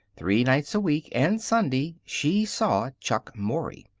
three nights a week, and sunday, she saw chuck mory.